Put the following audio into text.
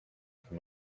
for